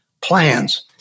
plans